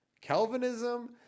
Calvinism